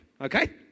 okay